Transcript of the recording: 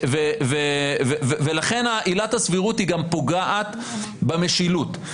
ולכן עילת הסבירות גם פוגעת במשילות.